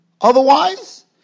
Otherwise